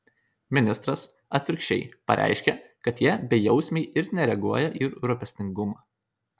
ministras atvirkščiai pareiškia kad jie bejausmiai ir nereaguoja į rūpestingumą